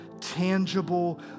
tangible